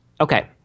Okay